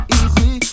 easy